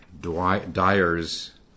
Dyer's